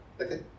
Okay